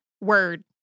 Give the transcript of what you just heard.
word